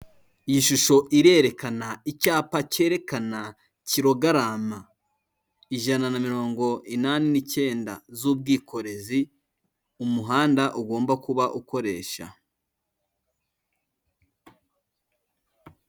Iyi shusho irerekana icyapa cyerekana kirogarama ijana na mirongo inani nikenda z'ubwikorezi umuhanda ugomba kuba ukoresha.